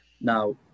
Now